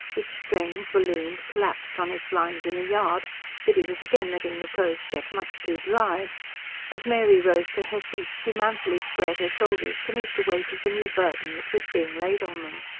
which strained, ballooned, collapsed, on its lines in the yard biddy was again letting the clothes get much too dry as mary rose to her feet, she manfully squared her shoulders to meet the weight of the new burden that was being laid on them.